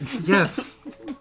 yes